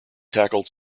tackled